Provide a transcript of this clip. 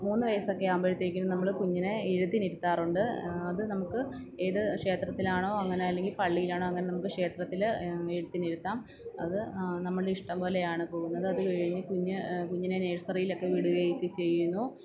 മൂന്നു വയസ്സൊക്കെ ആവുമ്പോഴത്തേക്കും നമ്മൾ കുഞ്ഞിനെ എഴുത്തിന് ഇരുത്താറുണ്ട് അത് നമുക്ക് ഏത് ക്ഷേത്രത്തിലാണോ അങ്ങനെ അല്ലെങ്കിൽ പള്ളിയിലാണോ അങ്ങനെ നമുക്ക് ക്ഷേത്രത്തിൽ എഴുത്തിന് ഇരുത്താം അത് നമ്മളുടെ ഇഷ്ടം പോലെയാണ് പോകുന്നത് അത് കഴിഞ്ഞൂ കുഞ്ഞ് കുഞ്ഞിനെ നഴ്സറിയിലൊക്കെ വിടുകയും ഒക്കെ ചെയ്യുന്നു